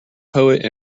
poet